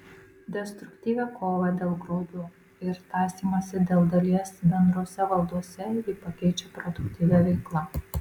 destruktyvią kovą dėl grobio ir tąsymąsi dėl dalies bendrose valdose ji pakeičia produktyvia veikla